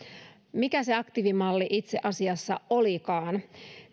mikä se aktiivimalli itse asiassa olikaan